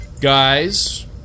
guys